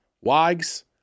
Wags